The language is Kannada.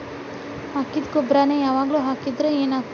ಹಾಕಿದ್ದ ಗೊಬ್ಬರಾನೆ ಯಾವಾಗ್ಲೂ ಹಾಕಿದ್ರ ಏನ್ ಆಗ್ತದ?